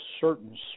certain